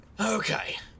Okay